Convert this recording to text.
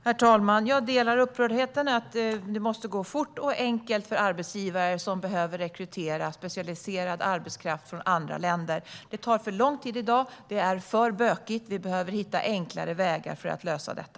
Herr talman! Jag delar upprördheten. Det måste gå fort och enkelt för arbetsgivare som behöver rekrytera specialiserad arbetskraft från andra länder. I dag tar det för lång tid och är för bökigt. Vi behöver hitta enklare vägar för att lösa detta.